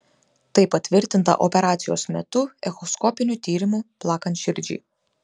tai patvirtinta operacijos metu echoskopiniu tyrimu plakant širdžiai